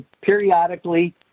periodically